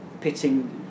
pitting